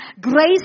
Grace